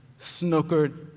snookered